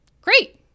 great